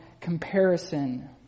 comparison